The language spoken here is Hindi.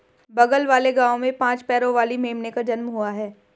बगल वाले गांव में पांच पैरों वाली मेमने का जन्म हुआ है